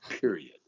period